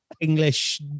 English